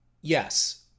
Yes